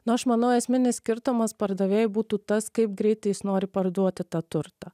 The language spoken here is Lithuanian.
nu aš manau esminis skirtumas pardavėjui būtų tas kaip greitai jis nori parduoti tą turtą